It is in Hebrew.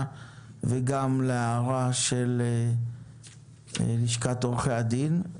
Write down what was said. של איתי וגם להערה של לשכת עורכי הדין.